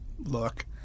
Look